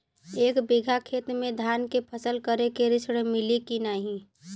एक बिघा खेत मे धान के फसल करे के ऋण मिली की नाही?